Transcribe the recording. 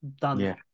done